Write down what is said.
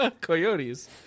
coyotes